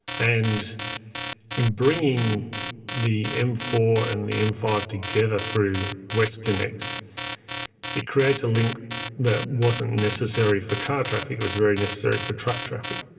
and in bringing the m four and m five together through westconnex it creates a link that wasn't necessary for car traffic, it was very necessary for truck traffic,